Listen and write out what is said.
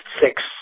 six